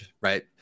right